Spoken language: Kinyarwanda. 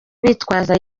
bitwaza